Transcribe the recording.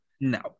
No